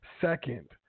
Second